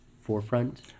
forefront